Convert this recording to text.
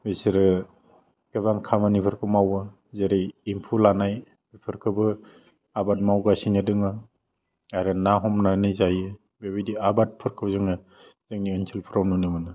बिसोरो गोबां खामानिफोरखौ मावो जेरै एम्फौ लानाय बेफोरखौबो आबाद मावगासिनो दङ आरो ना हमनानै जायो बे बायदि आबादफोरखौ जोङो जोंनि ओनसोलफ्राव नुनो मोनो